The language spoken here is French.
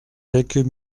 quelques